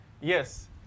Yes